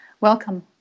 welcome